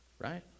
Right